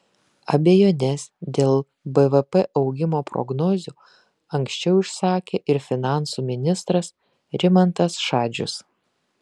abejones dėl bvp augimo prognozių anksčiau išsakė ir finansų ministras rimantas šadžius